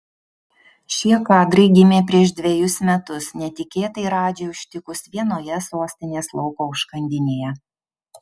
šie kadrai gimė prieš dvejus metus netikėtai radži užtikus vienoje sostinės lauko užkandinėje